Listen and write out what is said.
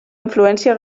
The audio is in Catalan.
influència